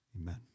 Amen